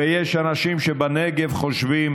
ויש אנשים בנגב שחושבים